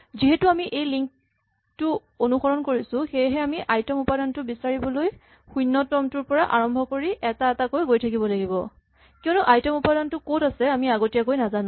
যিহেতু আমি এই লিংক টো অনুসৰণ কৰিছো সেয়েহে আমি আই তম উপাদানটো বিচাৰিবলৈ শূণ্যতমটোৰ পৰা আৰম্ভ কৰি এটা এটাকৈ গৈ থাকিব লাগিব কিয়নো আই তম উপাদানটো ক'ত আছে আমি আগতীয়াকৈ নাজানো